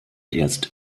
erst